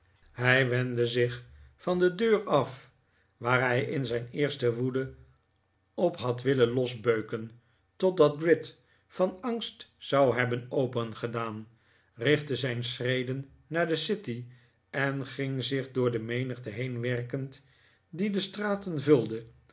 hij wendde zich van de deur af waar hij in zijn eerste woede dp had willen losbeuken totdat gride van angst zou hebben opengedaan richtte zijn schreden naar de city en ging zich door de menigte heen werkend die de straten vulde